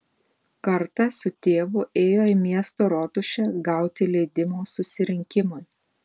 kartą su tėvu ėjo į miesto rotušę gauti leidimo susirinkimui